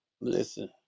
Listen